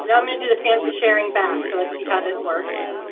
and i'm going to do the fancy sharing back. so, let's see how this works.